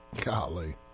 Golly